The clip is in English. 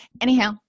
Anyhow